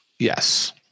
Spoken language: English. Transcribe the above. Yes